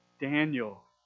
Daniel